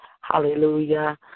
Hallelujah